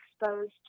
exposed